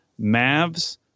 Mavs